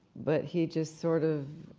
but he just sort of,